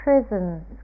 Prisons